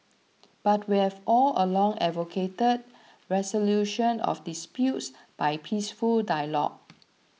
but we have all along advocated resolution of disputes by peaceful dialogue